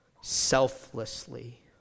selflessly